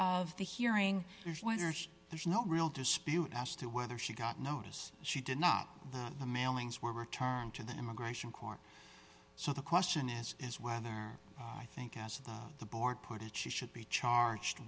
of the hearing is winners there is no real dispute as to whether she got notice she did not have the mailings were returned to the immigration court so the question is is whether i think as the the board put it she should be charged